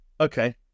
Okay